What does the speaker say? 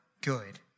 good